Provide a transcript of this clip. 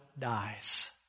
dies